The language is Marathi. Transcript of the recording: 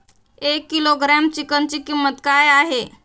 एक किलोग्रॅम चिकनची किंमत काय आहे?